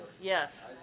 yes